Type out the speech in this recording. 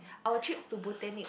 our trips to botanic